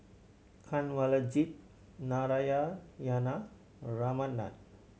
Kanwaljit Ramnath